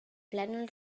plànol